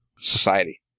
society